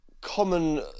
common